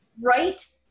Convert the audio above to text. Right